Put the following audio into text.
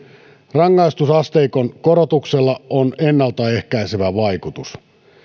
rangaistusasteikon korotuksella on ennaltaehkäisevä vaikutus